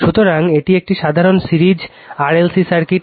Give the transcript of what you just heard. সুতরাং এটি একটি সাধারণ সিরিজ RLC সার্কিট